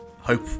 hope